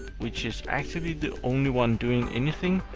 which is actually the only one doing anything,